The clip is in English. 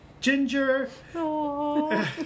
ginger